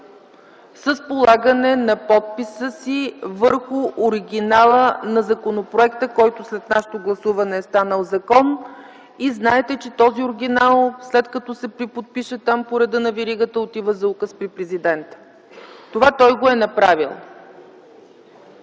с полагането на подписа си върху оригинала на законопроекта, който след нашето гласуване е станал закон. Знаете, че този оригинал, след като се преподпише там, по реда на веригата, отива за указ на Президента. Това той го е направил.